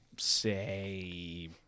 say